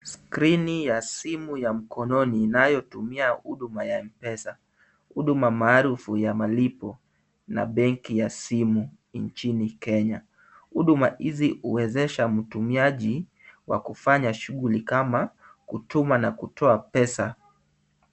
Skrini ya simu ya mkononi inayotumia huduma ya M-Pesa. Huduma maarufu ya malipo na benki ya simu nchini Kenya. Huduma hizi huwezesha mtumiaji wa kufanya shughuli kama kutuma na kutoa pesa.